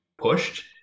pushed